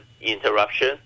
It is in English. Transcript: interruption